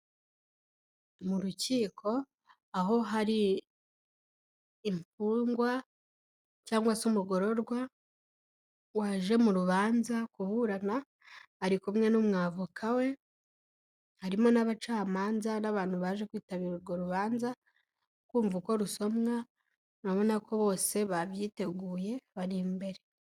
Mu rukiko, aho hari imfungwa cyangwa se umugororwa, waje mu rubanza kuburana ari kumwe n'umwavoka we, harimo n'abacamanza n'abantu baje kwitabira urwo rubanza, kumva uko rusomwa, urabona ko bose babyiteguye bari imbere.